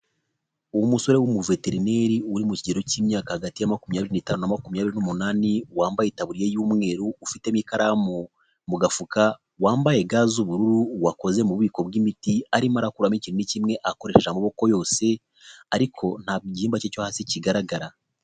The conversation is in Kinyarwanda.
Uwo musore w'umuveterineri uri mu kigero cy'imyaka hagati ya makumyabiri nitanu makumyabiri n'umunani, wambaye itaburiya y'umweru, ufitemo ikaramu mu gafuka, wambaye ga z'ubururu wakoze mu bubiko bw'imiti arimo arakuramo ikintu kimwe akoresha amaboko yose ariko ntabwo igihimba cye cyo hasi kigaragara.